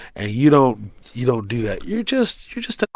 ah you don't you don't do that, you're just you're just